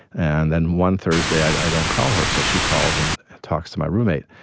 and then one thursday, i don't call her, so she calls and talks to my roommate.